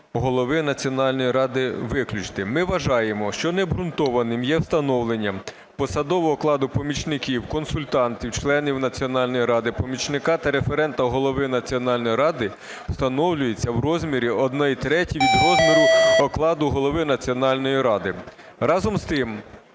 голови Національної ради" виключити. Ми вважаємо, що необґрунтованим є встановлення посадового окладу помічників, консультантів, членів Національної ради, помічника та референта голови Національної ради встановлюється в розмірі 1/3 від розміру окладу голови Національної ради. Разом з тим,